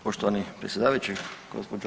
Poštovani predsjedavajući, gđo.